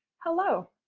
hello,